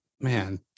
Man